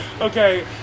okay